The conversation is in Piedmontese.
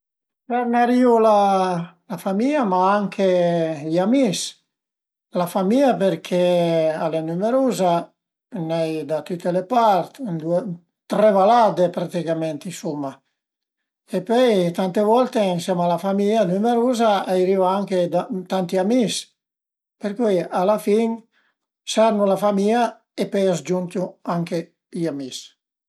Sernarìu la famìa ma anche i amis, la famìa perché al e nümeruza, ën ai da tüte le part, ën due tre valade praticament i suma e pöi tante volte ënsema a la famìa nümeruza a i ariva anche tanti amis per cui a la fin sernu la famìa e pöi a s'giuntiu anche i amis